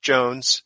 Jones